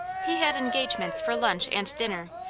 he had engagements for lunch and dinner,